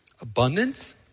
Abundance